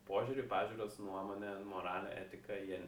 požiūrį pažiūras nuomonę moralę etiką jie